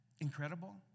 incredible